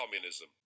communism